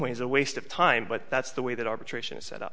ways a waste of time but that's the way that arbitration is set up